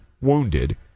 wounded